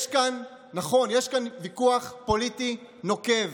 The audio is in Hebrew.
נכון, יש כאן ויכוח פוליטי נוקב,